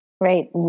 right